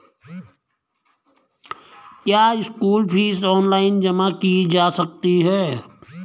क्या school fees online जमा की जा सकती है?